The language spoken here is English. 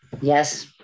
Yes